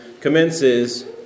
commences